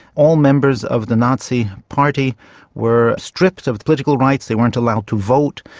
all members of the nazi party were stripped of political rights, they weren't allowed to vote,